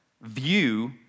view